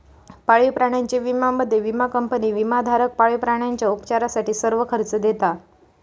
पाळीव प्राण्यांच्या विम्यामध्ये, विमा कंपनी विमाधारक पाळीव प्राण्यांच्या उपचारासाठी सर्व खर्च देता